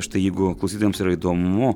štai jeigu klausytojams ir įdomu